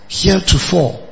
heretofore